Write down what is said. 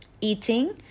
Eating